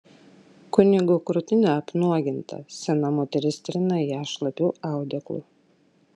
kunigo krūtinė apnuoginta sena moteris trina ją šlapiu audeklu